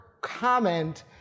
comment